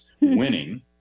winning